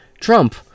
Trump